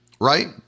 right